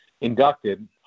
inducted